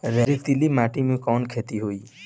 रेतीली माटी में कवन खेती होई?